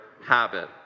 habit